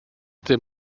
dim